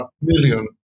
million